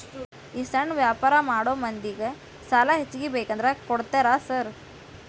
ಈ ಸಣ್ಣ ವ್ಯಾಪಾರ ಮಾಡೋ ಮಂದಿಗೆ ಸಾಲ ಹೆಚ್ಚಿಗಿ ಬೇಕಂದ್ರ ಕೊಡ್ತೇರಾ ಸಾರ್?